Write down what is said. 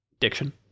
Diction